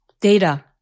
Data